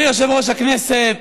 חברי יושב-ראש הכנסת,